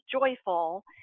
joyful